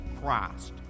Christ